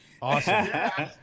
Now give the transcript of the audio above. awesome